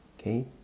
okay